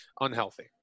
Unhealthy